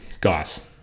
guys